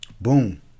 boom